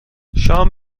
شام